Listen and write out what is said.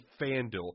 FanDuel